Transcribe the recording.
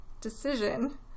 decision